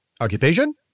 Occupation